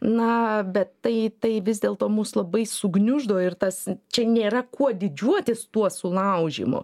na bet tai tai vis dėl to mus labai sugniuždo ir tas čia nėra kuo didžiuotis tuo sulaužymu